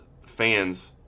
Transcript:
fans